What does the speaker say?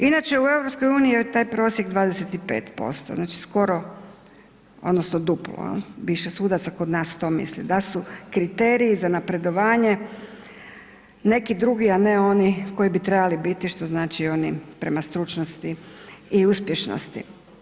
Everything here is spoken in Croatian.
Inače u EU je taj prosjek 25%, znači skoro, odnosno duplo, više sudaca kod nas to misli da su kriteriji za napredovanje neki drugi a ne oni koji bi trebali biti, što znači oni prema stručnosti i uspješnosti.